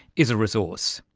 is a resource.